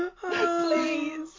Please